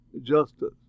justice